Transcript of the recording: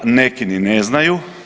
Neki ni ne znaju.